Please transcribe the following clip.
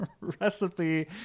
recipe